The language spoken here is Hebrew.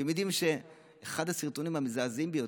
אתם יודעים שאחד הסרטונים המזעזעים ביותר,